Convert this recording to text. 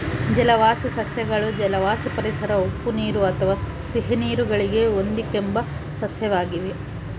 ಜಲವಾಸಿ ಸಸ್ಯಗಳು ಜಲವಾಸಿ ಪರಿಸರ ಉಪ್ಪುನೀರು ಅಥವಾ ಸಿಹಿನೀರು ಗಳಿಗೆ ಹೊಂದಿಕೆಂಬ ಸಸ್ಯವಾಗಿವೆ